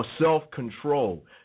self-control